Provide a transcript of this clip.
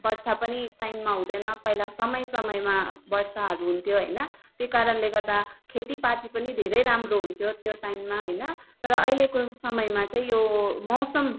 बर्षा पनि टाइममा हुँदैन पहिला समय समयमा बर्षाहरू हुन्थ्यो होइन त्यही कारणले गर्दा खेतीपाती पनि धेरै राम्रो हुन्थ्यो त्यो टाइममा होइन तर अहिलेको समयमा चाहिँ यो मौसम